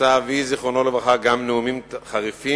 נשא אבי זיכרונו לברכה גם נאומים חריפים